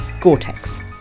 Gore-Tex